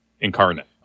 incarnate